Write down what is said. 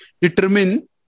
determine